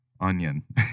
onion